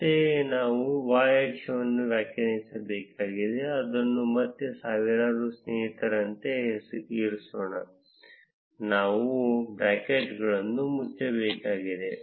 ಅಂತೆಯೇ ನಾವು y ಅಕ್ಷವನ್ನು ವ್ಯಾಖ್ಯಾನಿಸಬೇಕಾಗಿದೆ ಅದನ್ನು ಮತ್ತೆ ಸಾವಿರಾರು ಸ್ನೇಹಿತರಂತೆ ಇರಿಸೋಣ ನಾವು ಬ್ರಾಕೆಟ್ಗಳನ್ನು ಮುಚ್ಚಬೇಕಾಗಿದೆ